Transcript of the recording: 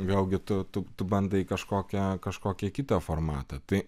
vėlgi tu tu tu bandai kažkokią kažkokį kitą formatą tai